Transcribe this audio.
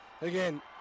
again